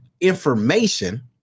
information